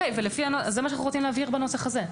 זה מה שאנחנו רוצים להבהיר בנוסח הזה.